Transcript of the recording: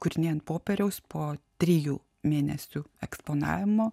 kūriniai ant popieriaus po trijų mėnesių eksponavimo